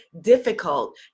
difficult